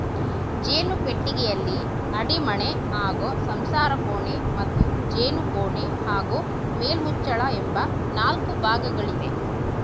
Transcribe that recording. ಜೇನು ಪೆಟ್ಟಿಗೆಯಲ್ಲಿ ಅಡಿಮಣೆ ಹಾಗೂ ಸಂಸಾರಕೋಣೆ ಮತ್ತು ಜೇನುಕೋಣೆ ಹಾಗೂ ಮೇಲ್ಮುಚ್ಚಳ ಎಂಬ ನಾಲ್ಕು ಭಾಗಗಳಿವೆ